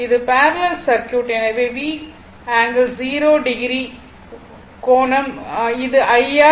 இது parallel circuit எனவே V கோணம் 0 rso VR கோணம் 0 இது ஐஆர்